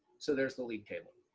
so there's the lead table.